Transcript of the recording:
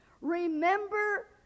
Remember